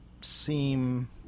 seem